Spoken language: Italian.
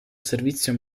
servizio